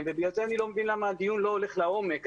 ובגלל זה אני לא מבין למה הדיון לא הולך לעומק.